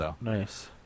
Nice